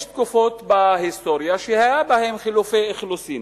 יש תקופות בהיסטוריה שהיו בהן חילופי אוכלוסין.